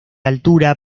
altura